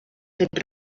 fet